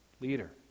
leader